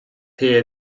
here